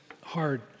hard